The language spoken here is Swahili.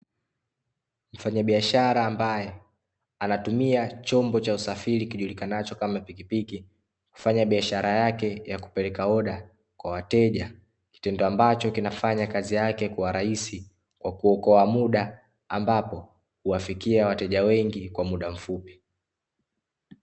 Mfanyabiashara ambaye anatumia chombo cha usafiri kijulikanacho kama pikipiki, kufanya biashara yake ya kupeleka oda kwa wateja, kitendo ambacho kinafanya kazi yake kuwa rahisi kwa kuokoa muda, ambapo huwafikia wateja wengi kwa muda mfupi.